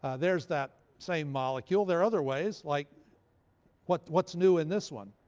there's that same molecule. there're other ways. like what's what's new in this one?